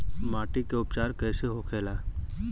माटी के उपचार कैसे होखे ला?